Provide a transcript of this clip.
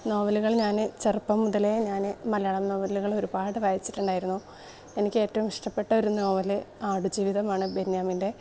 നോവലുകൾ ഞാൻ ചെറുപ്പം മുതലേ ഞാൻ മലയാളം നോവലുകൾ ഒരുപാട് വായിച്ചിട്ടുണ്ടായിരുന്നു എനിക്ക് ഏറ്റവും ഇഷ്ടപ്പെട്ടൊരു നോവൽ ആടുജീവിതമാണ് ബെന്യാമിൻ്റെ